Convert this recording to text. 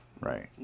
right